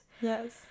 yes